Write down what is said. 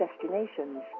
destinations